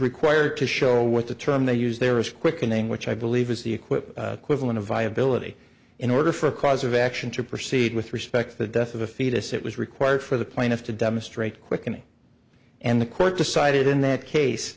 required to show what the term they use there is quickening which i believe is the equipe quibbling of viability in order for a cause of action to proceed with respect to the death of a fetus it was required for the plaintiff to demonstrate quickening and the court decided in that case